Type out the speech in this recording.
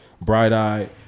bright-eyed